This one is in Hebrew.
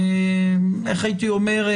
איך הייתי אומר?